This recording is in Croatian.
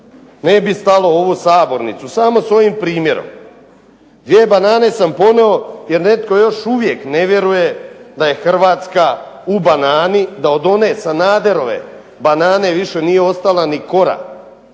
ne bi stalo u ovu sabornicu samo s ovim primjerom. 2 banane sam ponio jer netko još uvijek ne vjeruje da je Hrvatska u banani, da od one Sanaderove banane više nije ostala ni kora